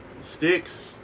sticks